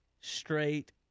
straight